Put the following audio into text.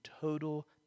total